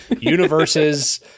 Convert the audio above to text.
universes